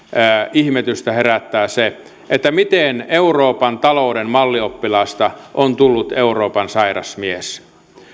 ihmetystä herättää se miten euroopan talouden mallioppilaasta on tullut euroopan sairas mies